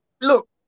look